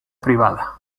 privada